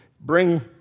bring